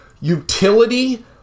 utility